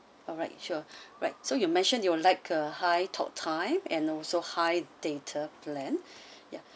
alright sure right so you mentioned you would like a high talk time and also high data plan yeah